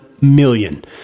million